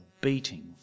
beating